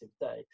day